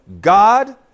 God